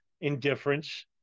indifference